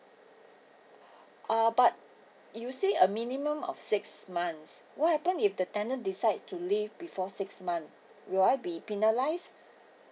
uh but you said a minimum of six months what happen if the tenant decide to leave before six month will I be penalized